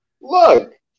Look